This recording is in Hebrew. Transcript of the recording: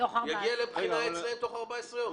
תגיע לבחינה אצלם תוך 14 יום.